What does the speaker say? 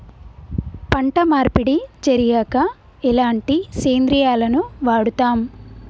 పంట మార్పిడి జరిగాక ఎలాంటి సేంద్రియాలను వాడుతం?